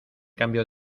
cambio